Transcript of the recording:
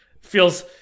feels